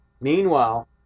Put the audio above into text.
Meanwhile